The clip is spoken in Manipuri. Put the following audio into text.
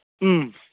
ꯎꯝ